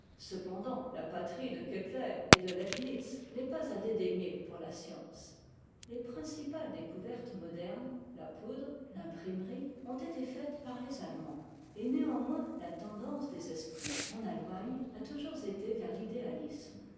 cependant la patrie de kepler et de leibnitz n'est pas à dédaigner pour la science les principales découvertes modernes la poudre t'imprimerie ont été faites par les allemands et néanmoins la tendance des esprits en allemagne a toujours été vers l'idéalisme